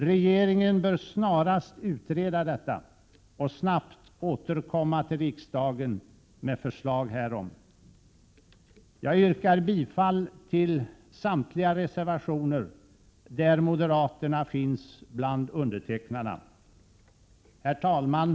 Regeringen bör snarast utreda detta och snabbt återkomma till riksdagen med förslag härom. Jag yrkar bifall till samtliga reservationer där moderaterna finns bland undertecknarna. Herr talman!